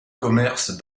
commerces